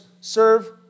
Serve